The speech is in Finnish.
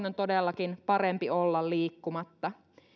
on todellakin parempi olla liikkumatta